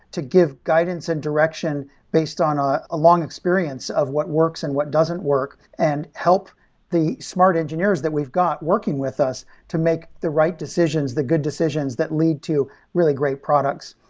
to give guidance and direction based on a long long experience of what works and what doesn't work and help the smart engineers that we've got working with us to make the right decisions, the good decisions, that lead to really great products.